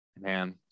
Man